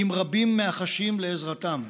עם רבים מהחשים לעזרתם,